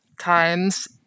times